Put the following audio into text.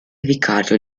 vicario